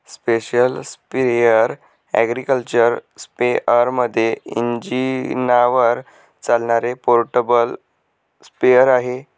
special sprayer agriculture स्पेअरमध्ये इंजिनावर चालणारे पोर्टेबल स्प्रेअर आहे